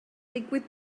digwydd